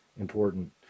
important